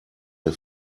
der